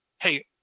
Hey